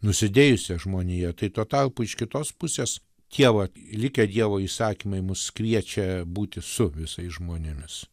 nusidėjusią žmonija tai tuo tarpu iš kitos pusės tie vat likę dievo įsakymai mus kviečia būti su visais žmonėmis